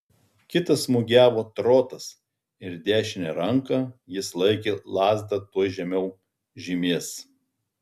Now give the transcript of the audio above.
kitas smūgiavo trotas ir dešine ranka jis laikė lazdą tuoj žemiau žymės